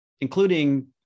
including